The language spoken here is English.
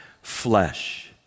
flesh